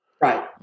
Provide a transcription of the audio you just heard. Right